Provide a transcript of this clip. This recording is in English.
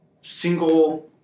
single